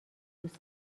دوست